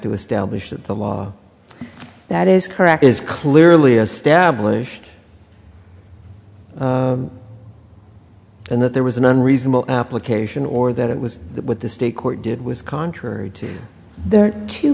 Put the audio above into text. to establish that the law that is correct is clearly established and that there was an unreasonable application or that it was that what the state court did was contrary to their t